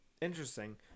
Interesting